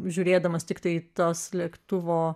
žiūrėdamas tiktai tas lėktuvo